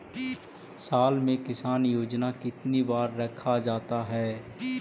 साल में किसान योजना कितनी बार रखा जाता है?